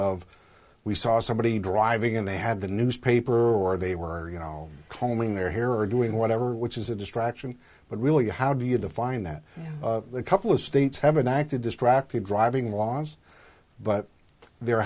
of we saw somebody driving and they had the newspaper or they were you know combing their hair or doing whatever which is a distraction but really how do you define that a couple of states have an eye to distracted driving laws but there